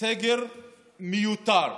סגר מיותר,